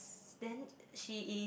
then she is